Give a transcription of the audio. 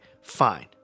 Fine